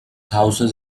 houses